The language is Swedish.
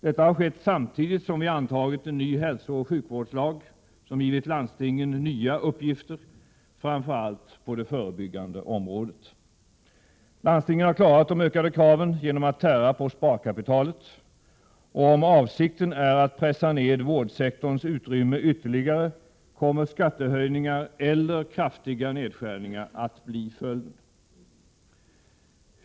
Detta har skett samtidigt som vi antagit en ny hälsooch sjukvårdslag som givit landstingen nya uppgifter, framför allt på det förebyggande området. Landstingen har klarat de ökade kraven genom att tära på sparkapitalet. Om avsikten är att pressa ned vårdsektorns utrymme ytterligare kommer skattehöjningar eller kraftiga nedskärningar att bli följden.